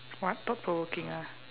what thought provoking ah